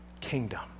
kingdom